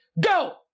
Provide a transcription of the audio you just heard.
Go